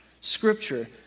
Scripture